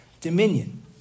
dominion